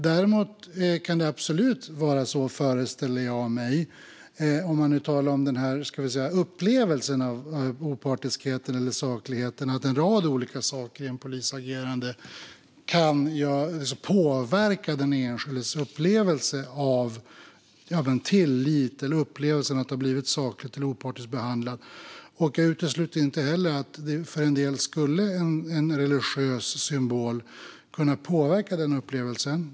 Däremot föreställer jag mig, om vi talar om upplevelsen av opartiskhet och saklighet, att en rad olika saker i en polis agerande absolut kan påverka den enskildes upplevelse av tillit eller av att ha blivit sakligt och opartiskt behandlad. Jag utesluter inte heller att en religiös symbol för en del skulle kunna påverka den upplevelsen.